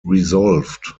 resolved